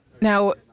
Now